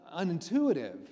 unintuitive